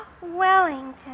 Wellington